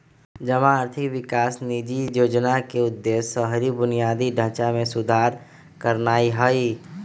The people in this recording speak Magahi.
जमा आर्थिक विकास निधि जोजना के उद्देश्य शहरी बुनियादी ढचा में सुधार करनाइ हइ